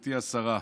גברתי השרה,